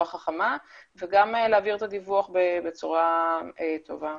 חכמה וגם להעביר את הדיווח בצורה טובה.